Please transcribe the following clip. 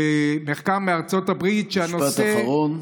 מחקר מארצות הברית, משפט אחרון.